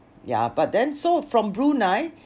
ya but then so from Brunei